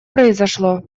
произошло